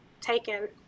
taken